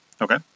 okay